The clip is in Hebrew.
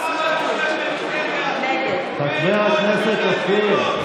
נגד חבר הכנסת אופיר.